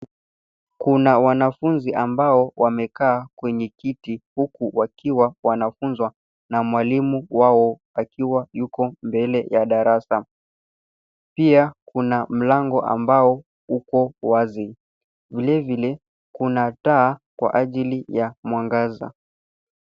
Kuna wanafunzi ambao wamekaa kwenye kiti huku wakiwa wanafunzwa na walimu wao akiwa yuko mbele ya darasa. Pia kuna mlango ambao uko wazi. Vilevile kuna taa kwa ajili ya mwangaza.